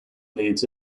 leads